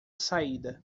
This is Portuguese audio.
saída